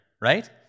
right